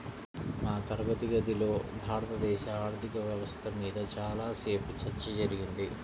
మా తరగతి గదిలో భారతదేశ ఆర్ధిక వ్యవస్థ మీద చానా సేపు చర్చ జరిగింది